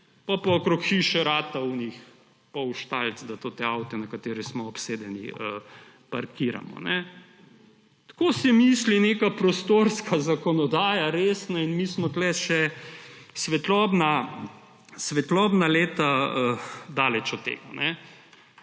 pa okrog hiše zraste tistih napol štalic, da te avte, s katerimi smo obsedeni, parkiramo. Tako se misli neka resna prostorska zakonodaja in mi smo še svetlobna leta daleč od tega.